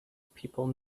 people